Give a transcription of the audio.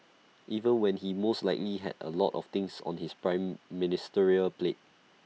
even when he most likely had A lot of things on his prime ministerial plate